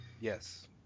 Yes